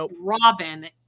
Robin